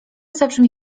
zabrzmi